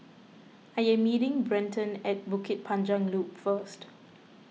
I am meeting Brenton at Bukit Panjang Loop first